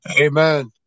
Amen